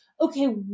okay